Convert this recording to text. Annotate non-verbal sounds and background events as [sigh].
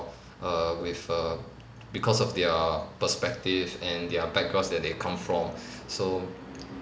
err with err because of their perspective and their backgrounds that they come from [breath] so